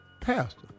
pastor